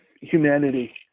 humanity